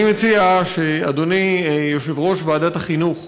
אני מציע שאדוני יושב-ראש ועדת החינוך,